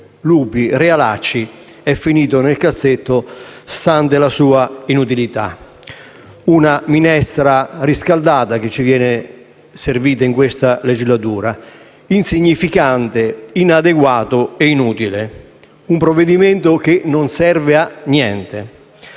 Lupi-Realacci, è finito nel cassetto stante la sua inutilità. Si tratta di una minestra riscaldata che ci viene servita in questa legislatura, insignificante, inadeguata e inutile. Un provvedimento che non serve a niente,